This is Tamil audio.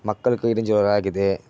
மக்களுக்கு இடேஞ்சூராக இருக்குது